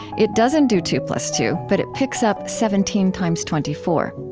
it doesn't do two plus two, but it picks up seventeen times twenty four.